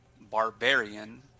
Barbarian